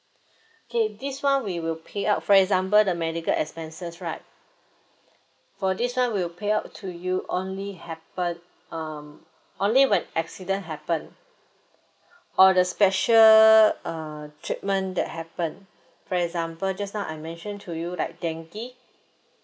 okay this one we will payout for example the medical expenses right for this one we will payout to you only happen um only when accident happen or the special uh treatment that happen for example just now I mentioned to you like dengue